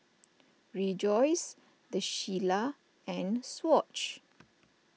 Rejoice the Shilla and Swatch